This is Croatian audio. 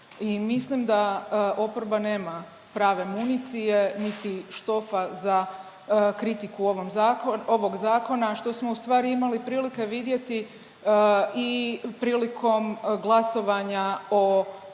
mislim da oporba nema prave municije, niti štopa za kritiku ovog zakona što smo u stvari imali prilike vidjeti i prilikom glasovanja o